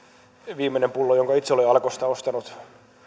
viimeinen pullo jonka itse olen alkosta ostanut